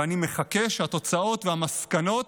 ואני מחכה שהתוצאות והמסקנות